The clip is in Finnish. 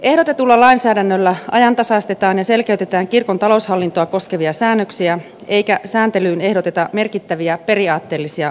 ehdotetulla lainsäädännöllä ajantasaistetaan ja selkeytetään kirkon taloushallintoa koskevia säännöksiä eikä sääntelyyn ehdoteta merkittäviä periaatteellisia muutoksia